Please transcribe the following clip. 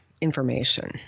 information